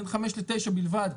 בין חמש לתשע בלבד.